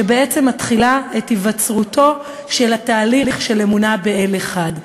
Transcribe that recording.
שבעצם מתחילה עם היווצרותו של התהליך של אמונה באל אחד.